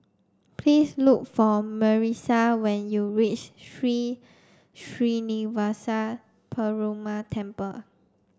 please look for Marissa when you reach Sri Srinivasa Perumal Temple